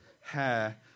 hair